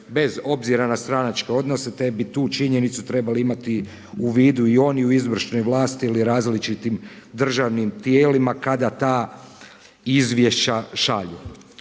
bez obzira na stranačke odnose, te bi tu činjenicu trebali imati u vidu i oni i u izvršnoj vlasti ili različitim državnim tijelima kada ta izvješća šalju.